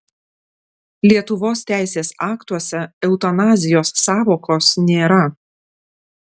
lietuvos teisės aktuose eutanazijos sąvokos nėra